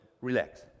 relax